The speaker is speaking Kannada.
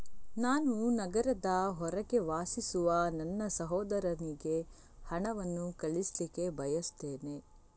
ನಾನು ನಗರದ ಹೊರಗೆ ವಾಸಿಸುವ ನನ್ನ ಸಹೋದರನಿಗೆ ಹಣವನ್ನು ಕಳಿಸ್ಲಿಕ್ಕೆ ಬಯಸ್ತೆನೆ